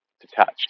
detached